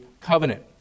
covenant